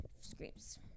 screams